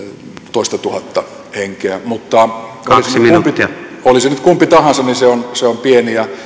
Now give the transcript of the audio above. toistatuhatta henkeä mutta oli se nyt kumpi tahansa niin se on se on pieni ja